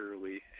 early